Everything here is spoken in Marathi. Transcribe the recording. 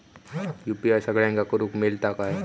यू.पी.आय सगळ्यांना करुक मेलता काय?